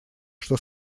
что